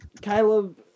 Caleb